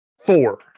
Four